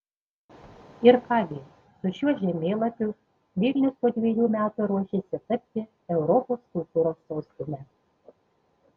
ir ką gi su šiuo žemėlapiu vilnius po dviejų metų ruošiasi tapti europos kultūros sostine